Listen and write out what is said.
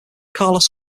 carlos